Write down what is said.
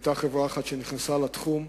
היתה חברה אחת שנכנסה לתחום,